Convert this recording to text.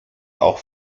auch